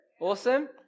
Awesome